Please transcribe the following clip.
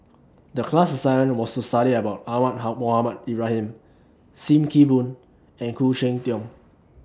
The class assignment was to study about Ahmad Mohamed Ibrahim SIM Kee Boon and Khoo Cheng Tiong